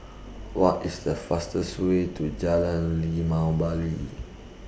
What IS The fastest Way to Jalan Limau Bali